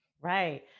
Right